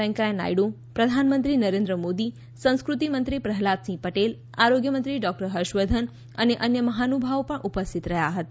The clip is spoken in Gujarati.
વૈકેંયા નાયડુ પ્રધાનમંત્રી નરેન્દ્ર મોદી સંસ્કૃતિ મંત્રી પ્રહલાદ સિંહ પટેલ આરોગ્યમંત્રી ડોકટર હર્ષવર્ધન અને અન્ય મહાનુભાવો પણ ઉપસ્થિત રહ્યા હતા